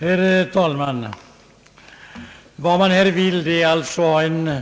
Herr talman! Reservanterna vill ha en